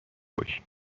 باشیم